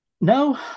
No